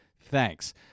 Thanks